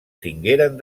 tingueren